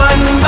One